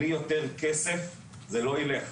בלי יותר כסף זה לא ילך.